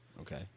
Okay